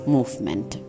Movement